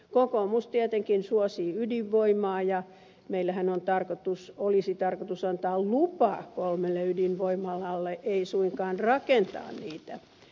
kokoomus tietenkin suosii ydinvoimaa ja meillähän olisi tarkoitus antaa lupa kolmelle ydinvoimalalle ei suinkaan rakentaa niitä hetipäin